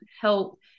help